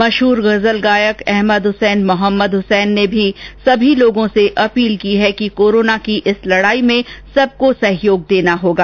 मशहूर गजल गायक अहमद हुसैन मोहम्मद हुसैन ने भी सभी लोगों से अपील की है कि कोरोना की इस लड़ाई में सबको सहयोग देना होगा